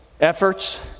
efforts